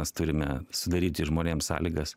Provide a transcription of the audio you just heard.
mes turime sudaryti žmonėms sąlygas